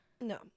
No